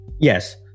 yes